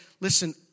listen